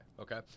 Okay